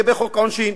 לפי חוק העונשין.